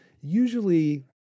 usually